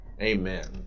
Amen